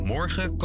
Morgen